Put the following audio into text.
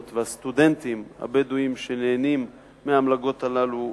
והסטודנטים הבדואים שנהנים מהמלגות הללו,